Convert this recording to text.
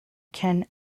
ken